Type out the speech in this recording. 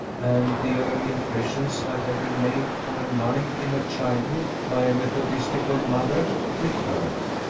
and the early impressions that had been made on her mind in her childhood, by a methodistical mother, recurred.